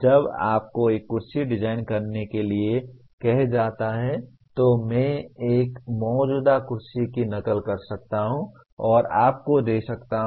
जब आपको एक कुर्सी डिजाइन करने के लिए कहा जाता है तो मैं एक मौजूदा कुर्सी की नकल कर सकता हूं और आपको दे सकता हूं